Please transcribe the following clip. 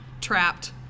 trapped